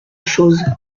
chose